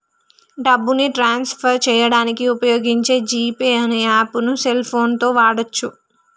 డబ్బుని transfer చేయడానికి వుపయోగించే జీ పే అనే యాప్పుని సెల్ ఫోన్ తో వాడచ్చు